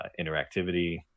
interactivity